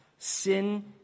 Sin